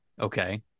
okay